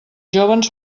jóvens